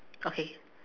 okay